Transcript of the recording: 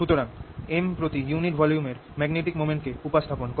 সুতরাং M প্রতি unit ভলিউমের ম্যাগনেটিক মোমেন্ট কে উপস্থাপন করে